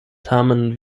tamen